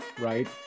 right